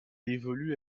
évolue